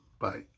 Bye